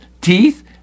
teeth